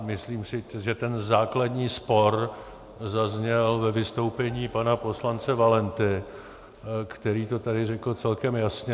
Myslím si, že ten základní spor zazněl ve vystoupení pana poslance Valenty, který to tady řekl celkem jasně.